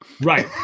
Right